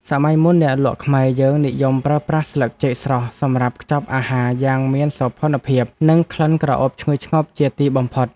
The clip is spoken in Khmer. សម័យមុនអ្នកលក់ខ្មែរយើងនិយមប្រើប្រាស់ស្លឹកចេកស្រស់សម្រាប់ខ្ចប់អាហារយ៉ាងមានសោភ័ណភាព និងក្លិនក្រអូបឈ្ងុយឈ្ងប់ជាទីបំផុត។